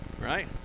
right